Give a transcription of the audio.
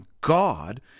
God